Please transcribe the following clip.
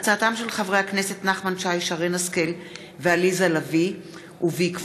הצעת חוק הביטוח הלאומי (תיקון,